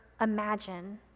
imagine